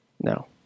No